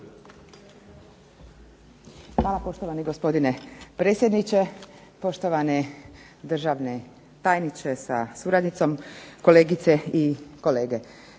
Hvala poštovani gospodine predsjedniče. Poštovani državni tajniče sa suradnicom, kolegice i kolege.